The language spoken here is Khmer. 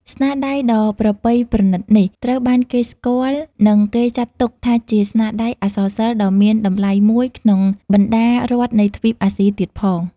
ស្នាដៃដ៏ប្រពៃប្រណិតនេះ ត្រូវបានគេស្គាល់ និងគេចាត់ទុកថាជាស្នាដៃអក្សរសិល្ប៍ដ៏មានតម្លៃមួយក្នុងបណ្តារដ្ឋនៃទ្វីបអាស៊ី ទៀតផង។